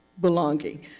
belonging